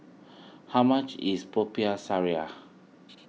how much is Popiah Sayur